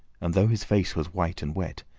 and though his face was white and wet,